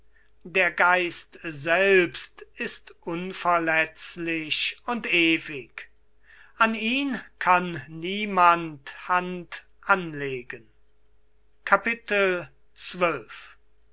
der geist selbst ist unverletzlich und ewig an ihn kann niemand hand anlegen